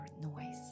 noise